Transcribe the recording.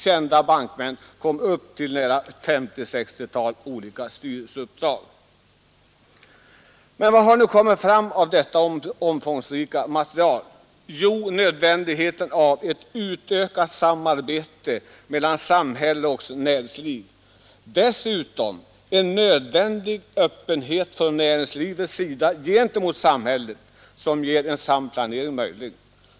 Kända bankmän kom upp till 50 å 60 olika styrelseuppdrag. Av detta omfångsrika material kan man utläsa nödvändigheten av ett utökat samarbete mellan samhälle och näringsliv och dessutom en större öppenhet från näringslivets sida gentemot samhället, som gör en samplanering möjlig.